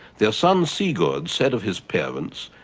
their son, sigurd, said of his parents,